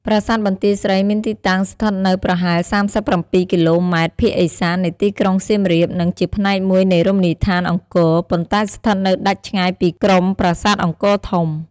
ប្រាសាទបន្ទាយស្រីមានទីតាំងស្ថិតនៅប្រហែល ៣៧ គីឡូម៉ែត្រភាគឦសាននៃទីក្រុងសៀមរាប និងជាផ្នែកមួយនៃរមណីយដ្ឋានអង្គរ ប៉ុន្តែស្ថិតនៅដាច់ឆ្ងាយពីក្រុមប្រាសាទអង្គរធំ។